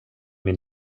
min